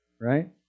Right